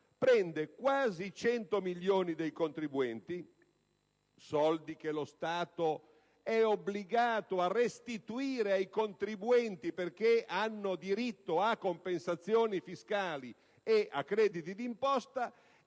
prende circa 100 milioni di euro dei contribuenti (soldi che lo Stato è obbligato a restituire ai contribuenti perché hanno diritto a compensazioni fiscali e crediti di imposta)